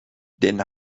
den